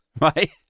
right